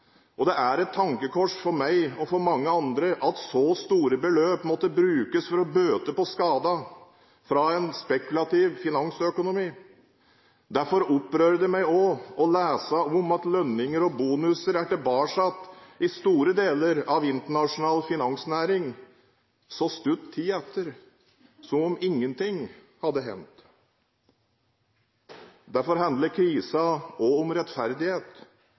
problemene. Det er et tankekors for meg og for mange andre at så store beløp måtte brukes for å bøte på skadene fra en spekulativ finansøkonomi. Derfor opprører det meg også å lese om at lønninger og bonuser igjen er tilbake i store deler av internasjonal finansnæring så kort tid etter, som om ingenting hadde hendt. Derfor handler krisen også om rettferdighet,